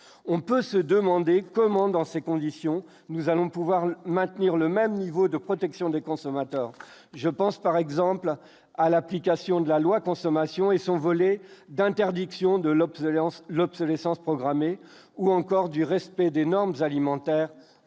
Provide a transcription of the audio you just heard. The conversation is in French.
on peut se demander comment dans ces conditions, nous allons pouvoir maintenir le même niveau de protection des consommateurs, je pense par exemple à l'application de la loi consommation et son volet d'interdiction de l'obsolescence l'obsolescence programmée ou encore du respect des normes alimentaires